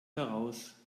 heraus